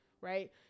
right